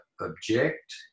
object